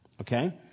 okay